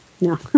no